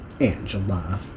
Angela